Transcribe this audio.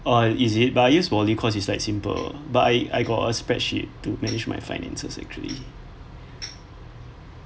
or is it biased wally cause it's like simple but I I got a spreadsheet to manage my finance actually